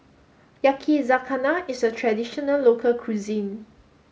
Yakizakana is a traditional local cuisine